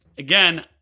Again